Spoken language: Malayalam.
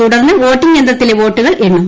തുടർന്ന് വോട്ടിംഗ് യന്ത്രത്തിലെ വോട്ടുകൾ എണ്ണും